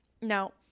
now